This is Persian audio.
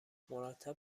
مرتب